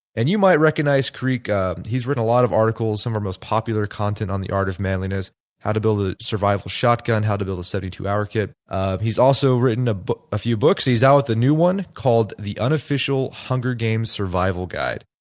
and you might recognize creek, um he has written a lot of articles, some are most popular content on the art of manliness how to build a survival shotgun, how to build a seventy two hour kits. ah he has also written a but a few books. he is out with a new one called the unofficial hunger games survival guide.